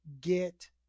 get